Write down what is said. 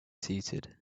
seated